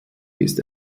ist